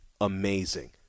amazing